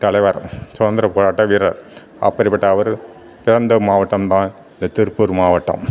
தலைவர் சுதந்திரப் போராட்ட வீரர் அப்டிப்பட்ட அவர் பிறந்த மாவட்டம் தான் இந்த திருப்பூர் மாவட்டம்